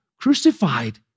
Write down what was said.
crucified